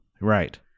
Right